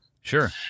Sure